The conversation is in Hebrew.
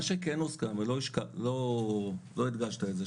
מה שהוסכם ולא הדגשת את זה,